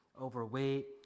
overweight